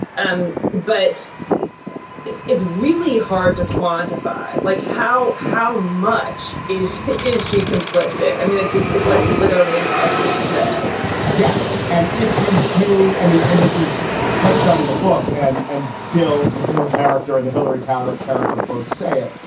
and but it's it's really hard to quantify. like, how how much is is she complicit? i mean, it's just it's like literally impossible to say yes and if you do, i mean and this is touched on in the book and and bill. bill character in the hillary talbot character both say it.